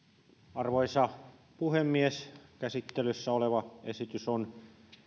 arvoisa puhemies käsittelyssä oleva esitys on